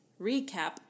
recap